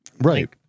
Right